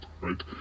right